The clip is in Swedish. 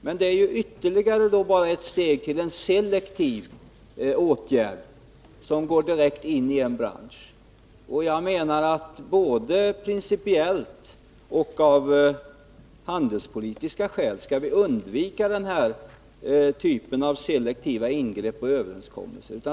Men det är bara ett steg till en selektiv åtgärd som går direkt in i en viss bransch. Och jag menar att vi både principiellt och av handelspolitiska skäl skall undvika den typen av selektiva ingrepp och överenskommelser.